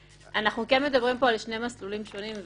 אבל אנחנו כן מדברים פה על שני מסלולים שונים.